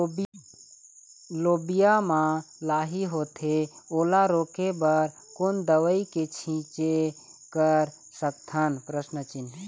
लोबिया मा लाही होथे ओला रोके बर कोन दवई के छीचें कर सकथन?